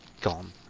gone